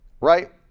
right